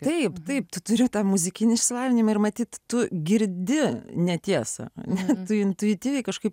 taip taip tu turi tą muzikinį išsilavinimą ir matyt tu girdi netiesą ane intuityviai kažkaip